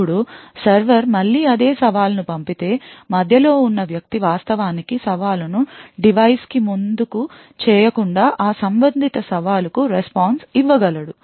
ఇప్పుడు సర్వర్ మళ్ళీ అదే సవాలును పంపితే మధ్యలో ఉన్న వ్యక్తి వాస్తవానికి సవాలును డివైస్ కి ముందుకు చేయకుండా ఆ సంబంధిత సవాలు కు రెస్పాన్స్ ఇవ్వ గలడు